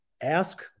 ask